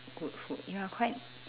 good food ya quite